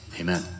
Amen